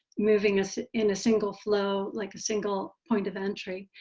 moving us in a single flow, like a single point of entry.